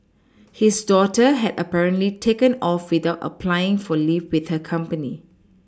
his daughter had apparently taken off without applying for leave with her company